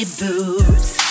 boots